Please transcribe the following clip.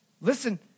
listen